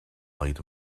light